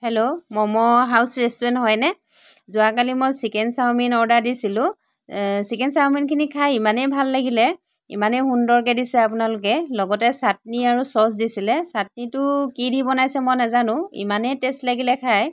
hello momo house restaurant হয়নে যোৱাকালি মই চিকেন চাউমিন অৰ্ডাৰ দিছিলোঁ ছিকেন চাউমিনখিনি খাই ইমানেই ভাল লাগিল ইমানেই সুন্দৰকৈ দিছে আপোনালোকে লগতে চাটনি আৰু চচ দিছিল চাটনিটো কি দি বনাইছে মই নাজানো ইমানেই টেষ্ট লাগিল খায়